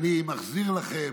אני מחזיר לכם,